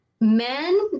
Men